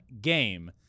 game